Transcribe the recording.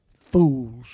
fool's